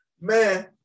Man